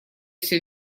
все